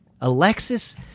Alexis